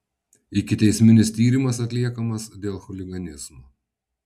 ikiteisminis tyrimas atliekamas dėl chuliganizmo